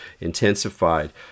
intensified